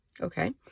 Okay